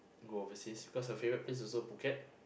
go overseas cause her favourite place also Phuket